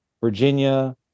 Virginia